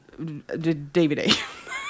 DVD